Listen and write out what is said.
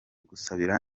gusabira